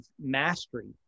mastery